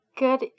Good